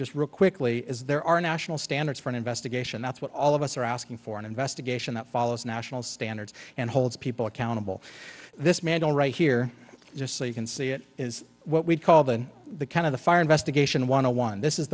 just real quickly is there are national standards for an investigation that's what all of us are asking for an investigation that follows national standards and holds people accountable this man right here just so you can see it is what we call than the kind of the fire investigation want to one this is